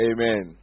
Amen